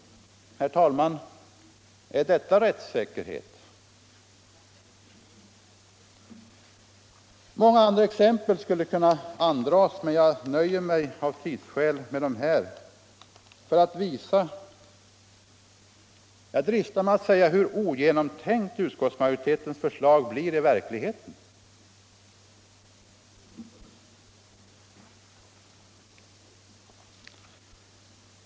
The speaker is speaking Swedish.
Herr talman! Är detta rättssäkerhet? Jag skulle kunna dra fram många andra exempel, men jag nöjer mig av tidsskäl med dessa. Jag dristar mig att säga hur ogenomtänkt utskottsmajoritetens förslag är.